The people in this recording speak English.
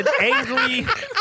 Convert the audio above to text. angry